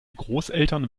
großeltern